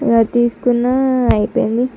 ఇక తీసుకున్న అయిపోయింది